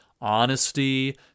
honesty